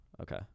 Okay